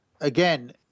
again